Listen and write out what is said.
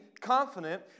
confident